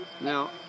Now